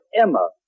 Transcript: Emma